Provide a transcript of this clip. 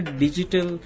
digital